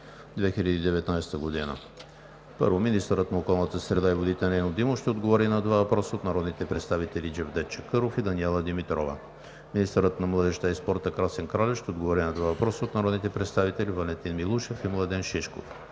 г.: 1. Министърът на околната среда и водите Нено Димов ще отговори на два въпроса от народните представители Джевдет Чакъров; и Даниела Димитрова. 2. Министърът на младежта и спорта Красен Кралев ще отговори на два въпроса от народните представители Валентин Милушев; и Младен Шишков.